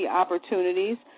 opportunities